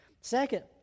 Second